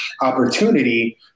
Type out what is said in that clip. opportunity